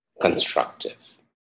constructive